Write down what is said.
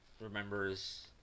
remembers